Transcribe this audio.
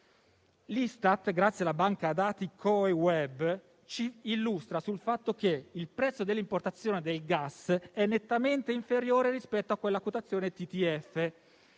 l'Istat, che, grazie alla banca dati Coeweb, ci illustra il fatto che il prezzo dell'importazione del gas è nettamente inferiore rispetto alla quotazione TTF.